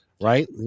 right